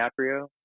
DiCaprio